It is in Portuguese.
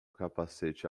capacete